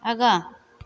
आगाँ